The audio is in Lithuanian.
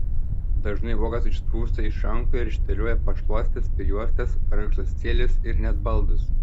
dažnai uogos išsprūsta iš rankų ir išterlioja pašluostes prijuostes rankšluostėlius ir net baldus